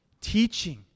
teaching